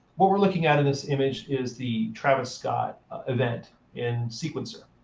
what we're looking at in this image is the travis scott event in sequencer.